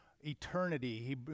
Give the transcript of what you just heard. eternity